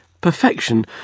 Perfection